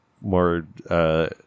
more